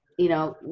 you know,